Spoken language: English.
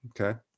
okay